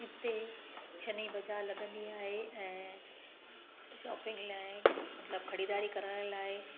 हिते शनि बाज़ारि लॻंदी आहे ऐं शॉपिंग लाइ मतिलब ख़रीदारी करण लाइ